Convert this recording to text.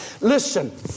listen